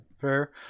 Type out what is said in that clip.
fair